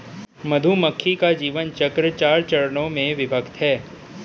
मधुमक्खी का जीवन चक्र चार चरणों में विभक्त है